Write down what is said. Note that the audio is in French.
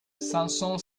samson